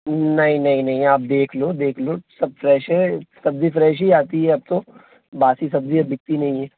नहीं नहीं नहीं आप देख लो देख लो सब फ़्रेश है सब्ज़ी फ़्रेश ही आती है अब तो बासी सब्ज़ी अब बिकती नहीं है